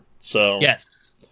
Yes